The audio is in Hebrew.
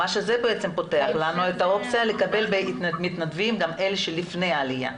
מה שזה פותח לנו זה את האופציה לקבל מתנדבים גם אלה שלפני עלייה.